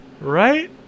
Right